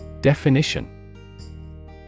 Definition